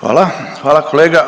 Hvala. Hvala kolega.